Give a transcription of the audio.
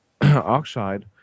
oxide